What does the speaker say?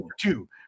two